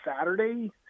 Saturday